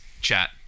chat